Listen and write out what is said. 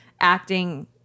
acting